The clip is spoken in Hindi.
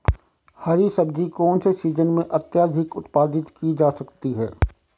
हरी सब्जी कौन से सीजन में अत्यधिक उत्पादित की जा सकती है?